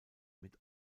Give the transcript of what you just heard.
mit